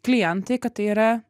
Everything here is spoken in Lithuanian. klientai kad tai yra